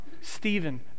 Stephen